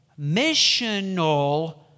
missional